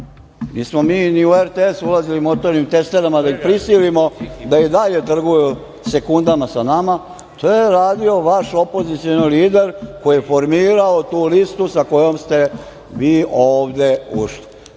Nismo mi ni u RTS ulazili motornim testerama da ih prisilimo da i dalje trguju sekundama sa nama. To je radio vaš opozicioni lider koji je formirao tu listu sa kojom ste vi ovde ušli.